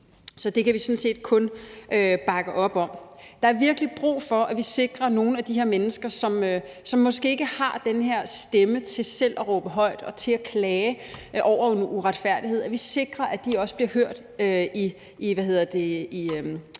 Så det kan vi sådan set kun bakke op om. Der er virkelig brug for, at vi sikrer, at de her mennesker, som måske ikke har den her stemme til selv at råbe højt og til at klage over en uretfærdighed, også bliver hørt og